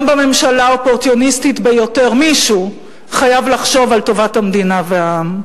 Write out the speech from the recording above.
גם בממשלה האופורטוניסטית ביותר מישהו חייב לחשוב על טובת המדינה והעם.